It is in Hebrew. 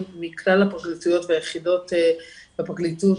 מכלל הפרקליטויות והיחידות בפרקליטות,